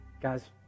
guys